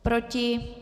Proti?